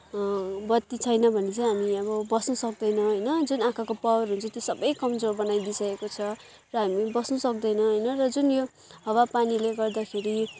बत्ती छैन भने चाहिँ हामी अब बस्न सक्दैनौँ होइन जुन आँखाको पावर हुन्छ त्यो सबै कमजोर बनाइदिई सकेको छ र हामी बस्नसक्दैनौँ होइन र जुन यो हावापानीले गर्दाखेरि